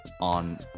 on